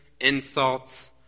insults